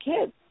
kids